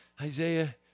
Isaiah